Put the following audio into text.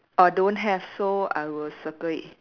err don't have so I will circle it